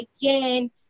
Again